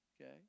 Okay